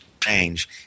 change